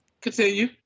continue